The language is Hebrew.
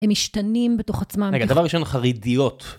הם משתנים בתוך עצמם. רגע, דבר ראשון, חרדיות.